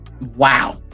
wow